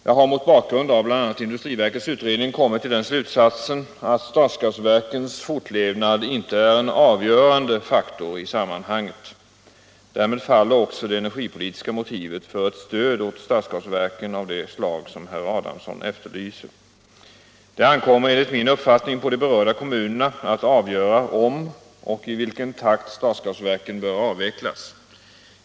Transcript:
Jag har, mot bakgrund av bl.a. industriverkets utredning, kommit till den slutsatsen att stadsgasverkens fortlevnad inte är en avgörande faktor i sammanhanget. Därmed faller också det energipolitiska motivet för ett stöd åt stadsgasverken av det slag som herr Adamsson efterlyser. Det ankommer enligt min uppfattning på de berörda kommunerna att avgöra om och i vilken takt stadsgasverken bör avvecklas.